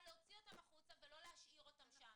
להוציא אותם החוצה ולא להשאיר אותם שם.